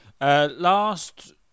Last